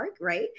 right